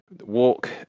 WALK